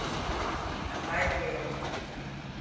ᱱᱟᱯᱟᱭᱛᱮ